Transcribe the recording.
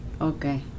Okay